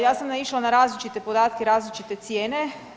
Ja sam naišla na različite podatke, različite cijene.